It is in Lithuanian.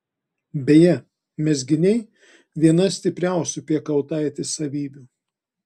beje mezginiai viena stipriausių piekautaitės savybių